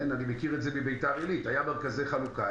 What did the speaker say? אני מכיר את זה מביתר עילית, היו מרכזי חלוקה.